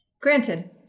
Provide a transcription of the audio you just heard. Granted